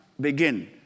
begin